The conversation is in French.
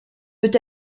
peut